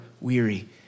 weary